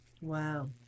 Wow